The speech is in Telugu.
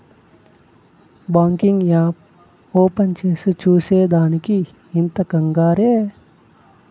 బాంకింగ్ యాప్ ఓపెన్ చేసి చూసే దానికి ఇంత కంగారే